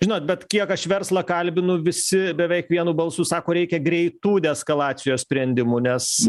žinot bet kiek aš verslą kalbinu visi beveik vienu balsu sako reikia greitų deeskalacijos sprendimų nes